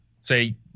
say